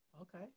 okay